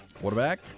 Quarterback